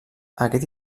aquest